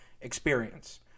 experience